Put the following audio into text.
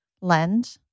lend